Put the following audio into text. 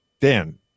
Dan